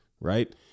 right